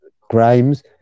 crimes